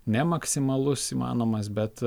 ne maksimalus įmanomas bet